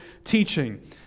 Teaching